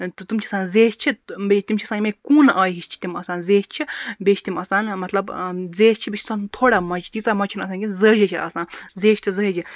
تہٕ تِم چھِ آسان زیچھہِ تہٕ بیٚیہِ تِم چھِ آسان یِمٕے کوٗنہٕ آیہِ ہش چھِ تِم آسان زیچھہِ بیٚیہِ چھِ تِم آسان مطلب زیچھہِ بیٚیہِ چھِ آسان تھوڑا مۄچہِ تیٖژاہ مۄچہِ چھےٚ نہٕ آسان کیٚنٛہہ زٲوجہِ چھِ آسان زیچھہِ تہٕ زٲوجہِ